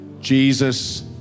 Jesus